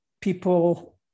people